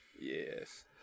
Yes